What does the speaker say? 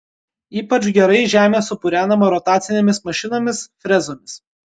ypač gerai žemė supurenama rotacinėmis mašinomis frezomis